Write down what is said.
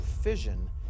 fission